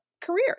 careers